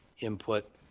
input